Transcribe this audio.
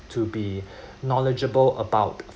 to be knowledgeable about